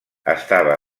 estava